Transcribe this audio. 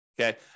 Okay